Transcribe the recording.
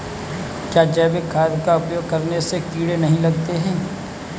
क्या जैविक खाद का उपयोग करने से कीड़े नहीं लगते हैं?